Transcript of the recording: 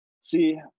See